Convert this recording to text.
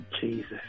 Jesus